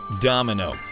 Domino